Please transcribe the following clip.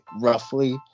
roughly